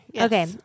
Okay